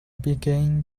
begin